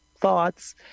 thoughts